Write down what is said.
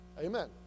Amen